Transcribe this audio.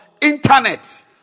internet